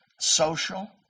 social